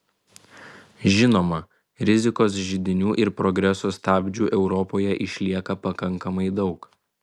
žinoma rizikos židinių ir progreso stabdžių europoje išlieka pakankamai daug